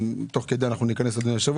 תוך כדי ניכנס לדיון,